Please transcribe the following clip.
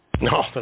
No